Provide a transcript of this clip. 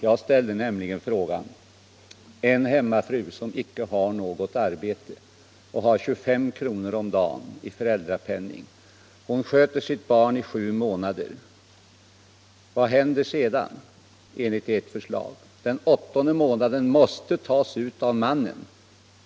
Jag ställde nämligen frågan: Hur går det för en hemmafru som icke har något arbete och alltså får 25 kr. om dagen i föräldrapenning? Hon sköter sitt barn i sju månader. Vad händer sedan I enligt ert förslag? Den åttonde månaden måste tas ut av mannen.